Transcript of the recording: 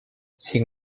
sin